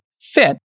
fit